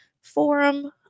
Forum